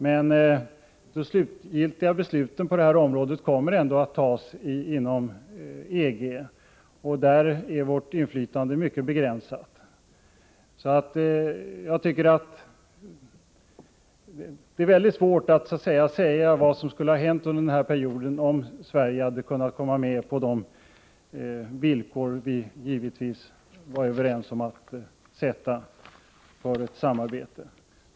Men de slutgiltiga besluten på detta område kommer ändå att fattas inom EG, och där är vårt inflytande mycket begränsat. Det är mycket svårt att säga vad som skulle ha hänt under den här perioden om Sverige hade kunnat komma med på de villkor som vi givetvis var överens om att ställa upp för ett samarbete.